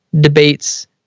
debates